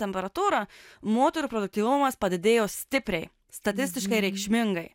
temperatūrą moterų produktyvumas padidėjo stipriai statistiškai reikšmingai